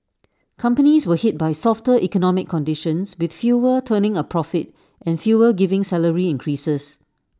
companies were hit by softer economic conditions with fewer turning A profit and fewer giving salary increases